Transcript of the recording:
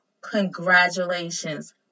congratulations